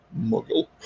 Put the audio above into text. muggle